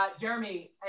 Jeremy